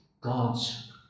God's